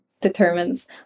determines